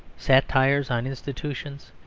satires on institutions,